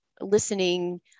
listening